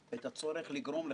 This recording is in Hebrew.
חבריי חברי הוועדה,